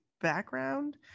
background